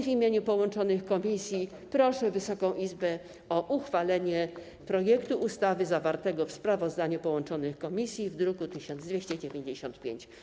W imieniu połączonych komisji proszę Wysoką Izbę o uchwalenie projektu ustawy zawartego w sprawozdaniu połączonych komisji w druku nr 1295.